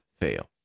fail